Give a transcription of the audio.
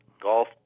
Golf